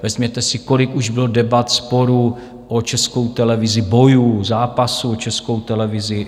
Vezměte si, kolik už bylo debat, sporů o Českou televizi, bojů, zápasů o Českou televizi.